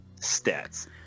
stats